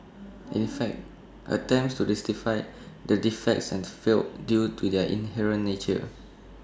in fact attempts to rectify the defects and failed due to their inherent nature